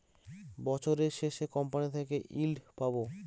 বছরের শেষে কোম্পানি থেকে ইল্ড পাবো